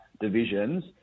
divisions